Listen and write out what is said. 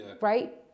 Right